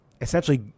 essentially